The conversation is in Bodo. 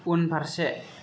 उनफारसे